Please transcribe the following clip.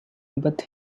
but